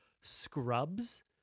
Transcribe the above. Scrubs